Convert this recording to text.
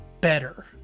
better